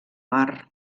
mar